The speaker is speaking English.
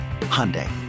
Hyundai